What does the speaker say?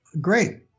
Great